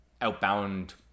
outbound